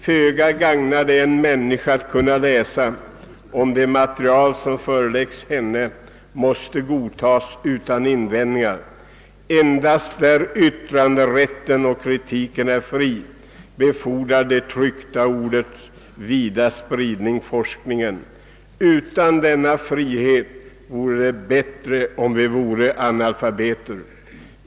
Föga gagnar det en människa att kunna läsa, om det material som förelägges henne måste godtas utan invändningar. Endast där yttranderätten och kritiken är fri befordrar det tryckta ordets vida sprid ning forskningen. Utan denna frihet vore det bättre om vi vore analfabeter.